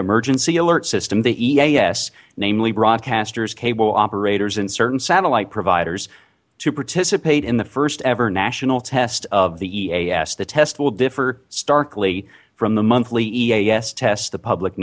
emergency alert system the eas namely broadcasters cable operators and certain satellite providers to participate in the first ever national test of the eas the test will differ starkly from the monthly eas tests the public